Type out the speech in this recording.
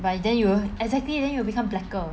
but then you exactly then you will become blacker